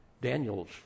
Daniel's